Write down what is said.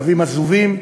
כלבים עזובים,